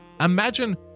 Imagine